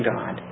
God